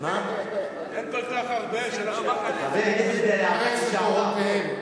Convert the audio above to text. אין הרבה ממרצ, אין כל כך הרבה ממרצ.